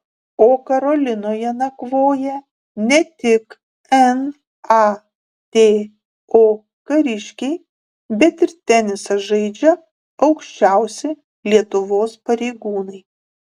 o karolinoje nakvoja ne tik nato kariškiai bet ir tenisą žaidžia aukščiausi lietuvos pareigūnai